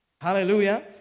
Hallelujah